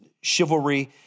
chivalry